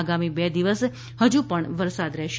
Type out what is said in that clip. આગામી બે દિવસ પણ હજુ વરસાદ રહેશે